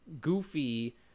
Goofy